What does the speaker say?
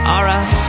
Alright